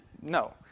no